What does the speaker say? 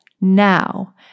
now